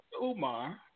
Umar